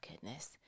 goodness